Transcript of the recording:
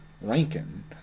Rankin